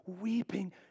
weeping